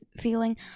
feeling